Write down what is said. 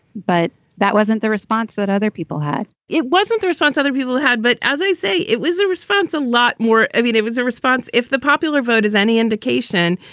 but that wasn't the response that other people had it wasn't the response other people had. but as i say, it was a response a lot more. i mean, it was a response if the popular vote is any indication.